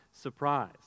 surprise